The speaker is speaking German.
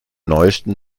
neuesten